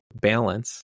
balance